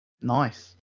Nice